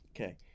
Okay